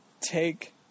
take